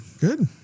Good